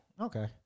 Okay